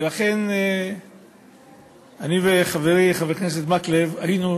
ולכן אני וחברי חבר הכנסת מקלב היינו